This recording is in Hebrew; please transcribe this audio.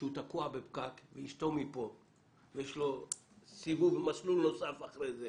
כשהוא תקוע בפקק ואשתו מהצד השני ויש לו מסלול נוסף לאחר מכן?